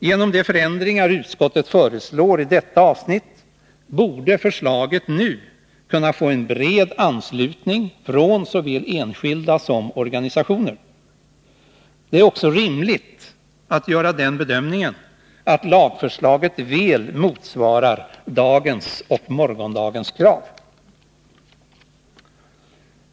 Genom de förändringar utskottet föreslår i detta avsnitt borde förslaget nu kunna få en bred anslutning från såväl enskilda som organisationer. Det är också rimligt att göra den bedömningen att lagförslaget väl motsvarar dagens och morgondagens krav.